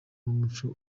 n’umuco